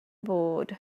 board